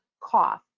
cough